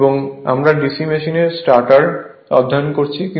এবং আমরা DC machine starter অধ্যয়ন করেছি